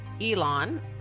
Elon